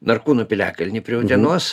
narkūnų piliakalnį prie utenos